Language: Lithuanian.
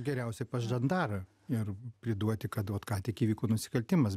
geriausia pas žandarą ir priduoti ką duot ką tik įvyko nusikaltimas